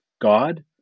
God